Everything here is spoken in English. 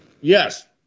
yes